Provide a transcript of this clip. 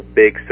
big